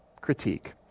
critique